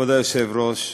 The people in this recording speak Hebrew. כבוד היושב-ראש,